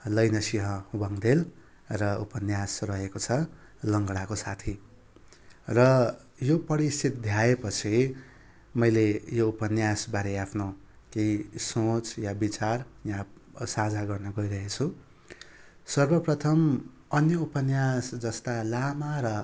लैनसिंह बाङ्देल र उपन्यास रहेको छ लङ्गडाको साथी र यो पढी सिद्ध्याएपछि मैले यो उपन्यासबारे आफ्नो केही सोच या विचार यहाँ साझा गर्न गइरहेछु सर्वप्रथम अन्य उपन्यास जस्ता लामा र